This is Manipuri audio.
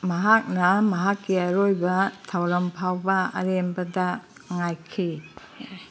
ꯃꯍꯥꯛꯅ ꯃꯍꯥꯛꯀꯤ ꯑꯔꯣꯏꯕ ꯊꯧꯔꯝ ꯐꯥꯎꯕ ꯑꯔꯦꯝꯕꯗ ꯉꯥꯏꯈꯤ